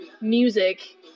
music